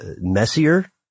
messier